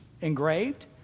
engraved